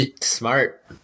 Smart